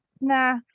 nah